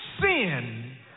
sin